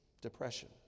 depression